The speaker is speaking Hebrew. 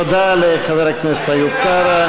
תודה לחבר הכנסת איוב קרא.